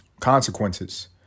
consequences